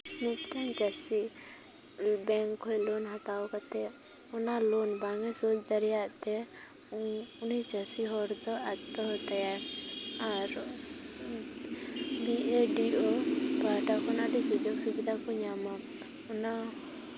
ᱢᱤᱫᱴᱮᱱ ᱪᱟᱹᱥᱤ ᱵᱮᱝᱠ ᱠᱷᱚᱡ ᱞᱳᱱ ᱦᱟᱛᱟᱣ ᱠᱟᱛᱮ ᱚᱱᱟ ᱞᱳᱱ ᱵᱟᱝᱼᱮ ᱥᱳᱫᱽ ᱫᱟᱲᱮᱭᱟᱜ ᱛᱮ ᱩᱱᱤ ᱪᱟᱹᱥᱤ ᱦᱚᱲ ᱫᱚᱭ ᱟᱛᱛᱚ ᱦᱚᱛᱛᱟᱭᱟ ᱟᱨ ᱵᱤ ᱰᱤ ᱳ ᱯᱟᱦᱴᱟ ᱠᱷᱚᱱᱟ ᱟᱹᱰᱤ ᱥᱩᱡᱳᱜᱽ ᱥᱩᱵᱤᱫᱟ ᱠᱚ ᱧᱟᱢᱟ ᱚᱱᱟ